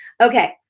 Okay